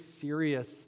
serious